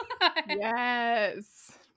Yes